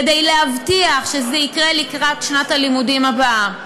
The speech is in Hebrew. כדי להבטיח שזה יקרה לקראת שנת הלימודים הבאה.